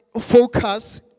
focus